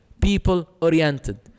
people-oriented